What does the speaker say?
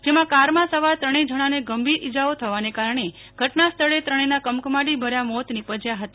જેમાં કારમાં સવાર ત્રણે જણાને ગંભીર ઇજાઓ થવાને કારણે ઘટના સ્થળે ત્રણેના કમકમાટી ભર્યા મોત નિપજ્યા હતા